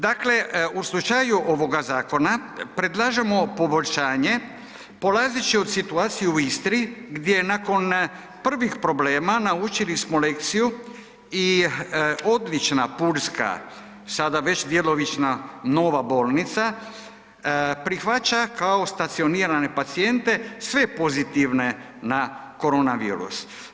Dakle, u slučaju ovoga zakona predlažemo poboljšanje polazeći od situacije u Istri gdje nakon prvih problema naučili smo lekciju i odlična pulska, sada već djelomična nova bolnica, prihvaća kao stacionirane pacijente sve pozitivne na koronavirus.